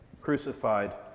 crucified